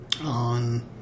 on